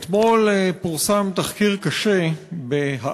תודה לך, אתמול פורסם תחקיר קשה ב"הארץ"